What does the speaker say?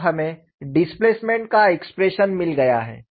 अब हमें डिस्प्लेसमेंट का एक्सप्रेशन मिल गया है